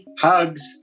Hugs